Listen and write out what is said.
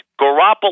Garoppolo